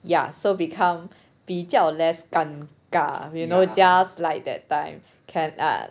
ya so become 比较 less 尴尬 you know just like that time can err